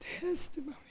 Testimony